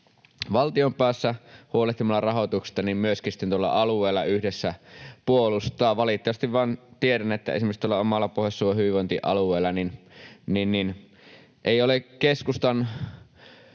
valtion päässä huolehtimalla rahoituksesta kuin myöskin sitten tuolla alueilla puolustaa. Valitettavasti vain tiedän, että esimerkiksi tuolla omalla Pohjois-Savon hyvinvointialueella ei ole keskustan